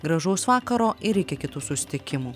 gražaus vakaro ir iki kitų susitikimų